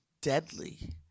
deadly